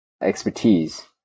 expertise